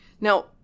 Now